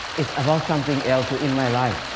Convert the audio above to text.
it's about something else in my life,